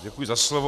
Děkuji za slovo.